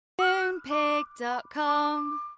Moonpig.com